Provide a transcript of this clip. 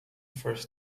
first